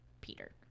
Peter